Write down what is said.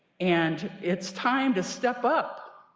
and it's time to step up.